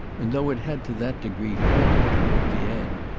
and though it had to that degree faltered toward the end,